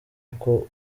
uko